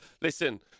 listen